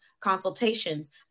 consultations